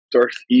Darth